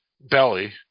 belly